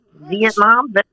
Vietnam